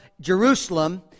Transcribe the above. Jerusalem